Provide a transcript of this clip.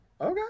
Okay